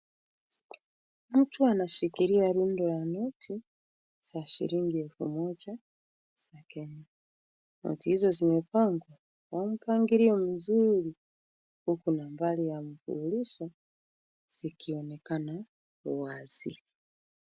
Mtu anashikilia rundo la noti za shilingi elfu moja za Kenya. Noti hizo zimepangwa kwa mpangilio mzuri, huku nambari ya mfululizo ikionekana wazi.